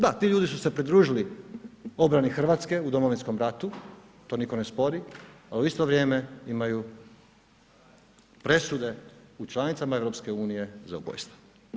Da, ti ljudi su se pridružili obrani Hrvatske u Domovinskom ratu, to nitko ne spori, a u isto vrijeme imaju presude u članicama EU-a za ubojstva.